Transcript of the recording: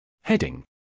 Heading